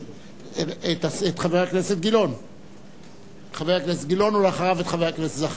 פוגעת בשירותים הציבוריים וגורמת לשבר חברתי,